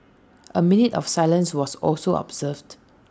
A minute of silence was also observed